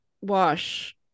wash